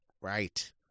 Right